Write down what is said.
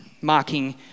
mocking